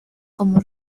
como